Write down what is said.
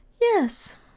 Yes